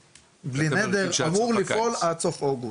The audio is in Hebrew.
בלי נדר אמור לפעול על סוף אוגוסט.